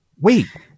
wait